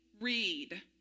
Read